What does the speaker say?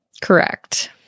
Correct